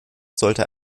sollte